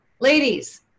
Ladies